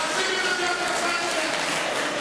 להפסיק את מחיאות הכפיים מייד.